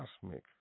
Cosmic